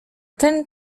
ten